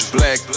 Black